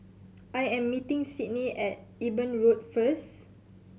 I am meeting Sydnie at Eben Road first